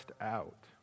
out